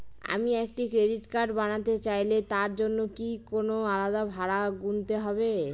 আমি একটি credit card বানাতে চাইলে তার জন্য কি কোনো আলাদা ভাড়া গুনতে হবে?